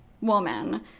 woman